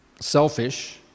selfish